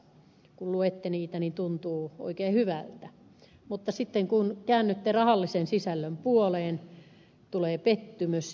kun luette niitä tuntuu oikein hyvältä mutta sitten kun käännytte rahallisen sisällön puoleen tulee pettymys